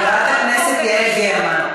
חברת הכנסת גרמן,